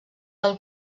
del